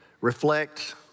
reflect